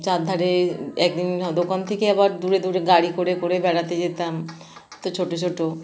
চার ধারে এক দিন ওদের ওখান থেকে আবার দূরে দূরে গাড়ি করে করে বেড়াতে যেতাম তো ছোটো ছোটো